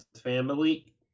family